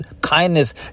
Kindness